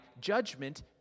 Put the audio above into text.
judgment